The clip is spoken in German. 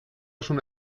schon